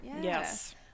Yes